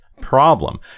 problem